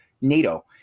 NATO